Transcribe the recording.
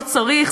לא צריך,